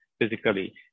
physically